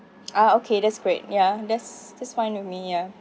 ah okay that's great ya that's that's fine with me ya